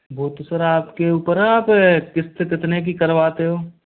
वो तो सर आपके ऊपर है आप किस्त कितने की करवाते हो